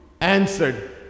answered